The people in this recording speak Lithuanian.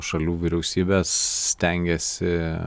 šalių vyriausybės stengiasi